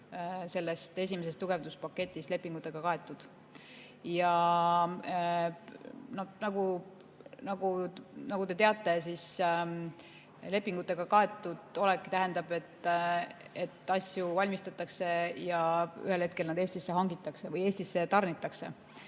selles esimeses tugevduspaketis lepingutega kaetud. Nagu te teate, lepingutega kaetud olek tähendab, et asju valmistatakse ja ühel hetkel need Eestisse hangitakse või Eestisse tarnitakse.